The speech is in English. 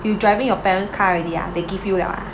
you driving your parents car already ah they give you liao ah